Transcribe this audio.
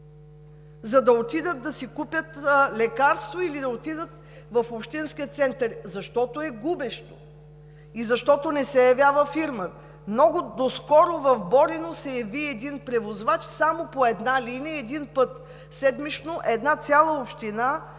за да отидат да си купят лекарства или за да отидат в общинския център, защото е губещо и защото не се явява фирма. Много отскоро в Борино се яви един превозвач само по една линия и един път седмично, една цяла община